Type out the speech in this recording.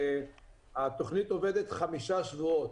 שהתכנית עובדת חמישה שבועות,